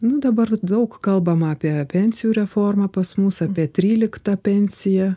nu dabar daug kalbama apie pensijų reformą pas mus apie tryliktą pensiją